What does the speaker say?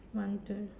one two